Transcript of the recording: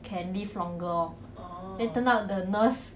can live longer lor then turned out the nurse